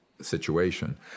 situation